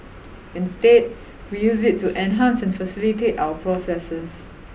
instead we use it to enhance and facilitate our processes